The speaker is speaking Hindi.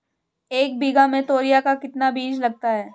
एक बीघा में तोरियां का कितना बीज लगता है?